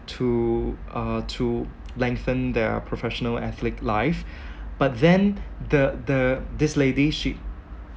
to uh to lengthen their professional athlete life but then the the this lady she